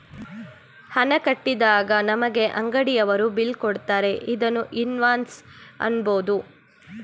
ಹಣ ಕಟ್ಟಿದಾಗ ನಮಗೆ ಅಂಗಡಿಯವರು ಬಿಲ್ ಕೊಡುತ್ತಾರೆ ಇದನ್ನು ಇನ್ವಾಯ್ಸ್ ಅನ್ನಬೋದು